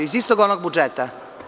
Iz istog ovog budžeta?